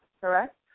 correct